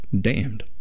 damned